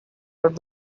but